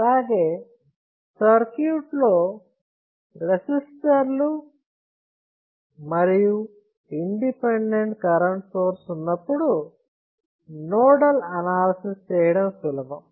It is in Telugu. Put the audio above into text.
అలాగే సర్క్యూట్ లో రెసిస్టర్లు మరియు ఇండిపెండెంట్ కరెంట్ సోర్స్ ఉన్నప్పుడు నోడల్ అనాలసిస్ చేయడం సులభం